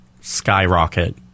skyrocket